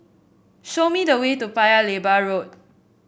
show me the way to Paya Lebar Road